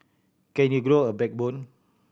can you grow a backbone